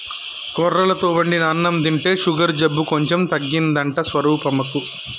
కొర్రలతో వండిన అన్నం తింటే షుగరు జబ్బు కొంచెం తగ్గిందంట స్వరూపమ్మకు